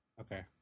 Okay